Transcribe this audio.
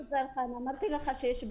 אמרתי לך שיש בעיה.